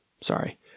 Sorry